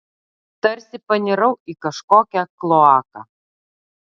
tarsi panirau į kažkokią kloaką